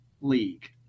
league